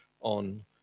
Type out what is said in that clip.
on